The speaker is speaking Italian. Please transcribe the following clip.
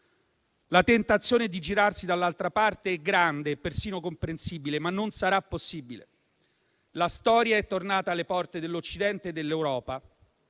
La tentazione di girarsi dall'altra parte è grande e persino comprensibile, ma non sarà possibile. La storia è tornata alle porte dell'Occidente dell'Europa